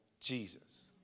Jesus